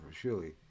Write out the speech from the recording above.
Surely